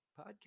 podcast